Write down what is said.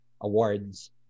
awards